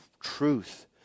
truth